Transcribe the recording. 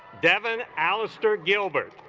devon alistair gilbert